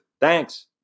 Thanks